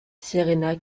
serena